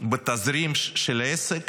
בתזרים של העסק